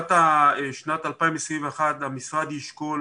לקראת שנת 2021 המשרד ישקול